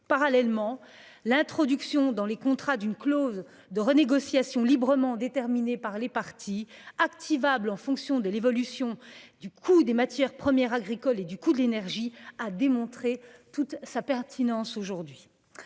Parallèlement, l'introduction dans les contrats d'une clause de renégociation, librement déterminée par les parties, activable en fonction de l'évolution du coût des matières premières agricoles et du coût de l'énergie, a démontré toute sa pertinence.